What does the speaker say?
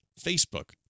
Facebook